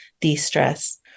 de-stress